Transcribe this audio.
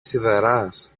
σιδεράς